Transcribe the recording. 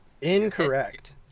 Incorrect